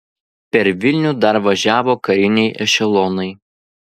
per vilnių dar važiavo kariniai ešelonai